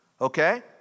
okay